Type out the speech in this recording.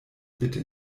bitte